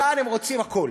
כאן הם רוצים הכול.